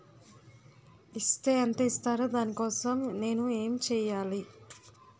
Is తే ఎంత ఇస్తారు దాని కోసం నేను ఎంచ్యేయాలి?